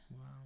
Wow